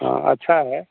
हँ अच्छा है